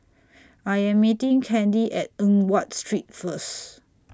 I Am meeting Kandy At Eng Watt Street First